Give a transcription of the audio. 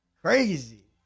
Crazy